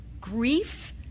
grief